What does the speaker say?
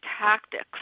tactics